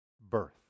birth